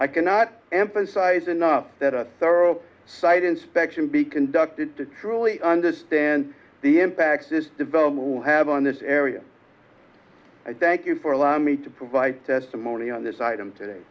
i cannot emphasize enough that a thorough site inspection be conducted to truly understand the impact this development will have on this area i thank you for allowing me to provide testimony on this item today